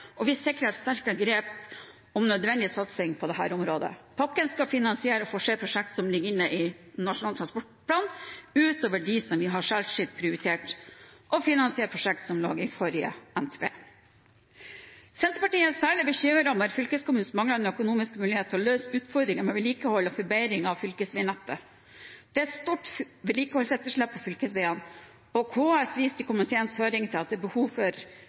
og vi sikrer et sterkere grep om nødvendig satsing på dette området. Pakken skal finansiere og forsere prosjekter som ligger i Nasjonal transportplan, utover dem vi har særskilt prioritert, og finansiere prosjekter som lå i forrige NTP. Senterpartiet er særlig bekymret over fylkeskommunenes manglende økonomiske mulighet til å løse utfordringene med vedlikehold og forbedring av fylkesveinettet. Det er et stort vedlikeholdsetterslep på fylkesveiene, og KS viste i komiteens høring til at det er et årlig behov for